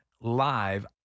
live